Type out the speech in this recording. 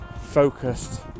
focused